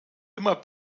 immer